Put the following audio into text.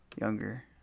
younger